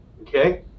okay